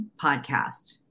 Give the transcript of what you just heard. podcast